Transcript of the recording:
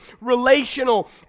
relational